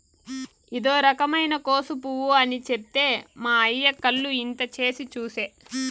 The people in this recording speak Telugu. ఇదో రకమైన కోసు పువ్వు అని చెప్తే మా అయ్య కళ్ళు ఇంత చేసి చూసే